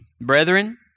brethren